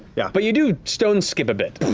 yeah but you do stone skip a bit.